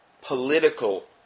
political